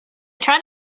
tried